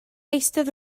eistedd